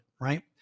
right